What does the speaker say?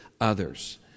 others